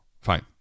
fine